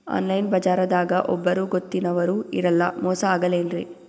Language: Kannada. ಆನ್ಲೈನ್ ಬಜಾರದಾಗ ಒಬ್ಬರೂ ಗೊತ್ತಿನವ್ರು ಇರಲ್ಲ, ಮೋಸ ಅಗಲ್ಲೆನ್ರಿ?